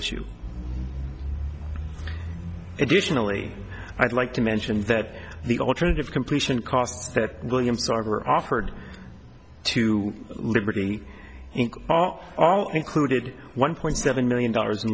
issue additionally i'd like to mention that the alternative completion costs that william sarber offered to liberty inc are all included one point seven million dollars and